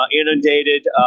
inundated